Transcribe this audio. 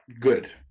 Good